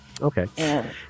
Okay